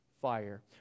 fire